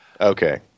Okay